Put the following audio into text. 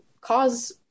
cause